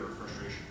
frustration